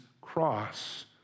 cross